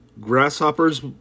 grasshoppers